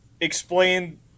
explain